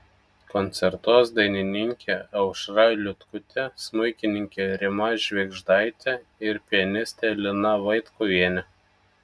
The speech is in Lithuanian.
koncertuos dainininkė aušra liutkutė smuikininkė rima švėgždaitė ir pianistė lina vaitkuvienė